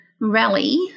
rally